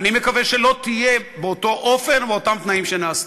אני מקווה שלא תהיה באותו אופן ובאותם תנאים שנעשתה.